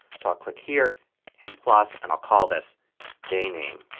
so i'll click here and plus, and i'll call this day name.